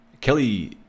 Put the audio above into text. Kelly